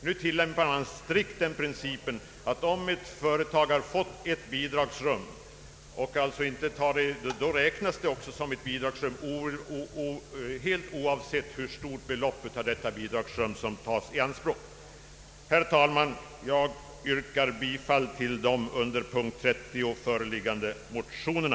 Nu till lämpar man strikt den principen att om ett företag har fått ett bidrag, räknas detta som ett bidragsrum, oavsett hur stort belopp av bidraget som tas i anspråk. Herr talman! Jag ber att få yrka bifall till de under punkt 30 föreliggande motionerna.